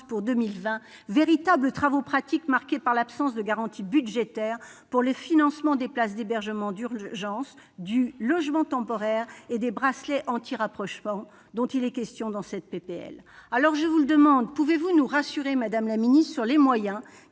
pour 2020 ; ces véritables travaux pratiques ont été marqués par l'absence de garantie budgétaire pour le financement des places d'hébergement d'urgence, du logement temporaire et des bracelets anti-rapprochement, dont il est question dans cette proposition de loi. Je vous le demande donc : pouvez-vous nous rassurer sur les moyens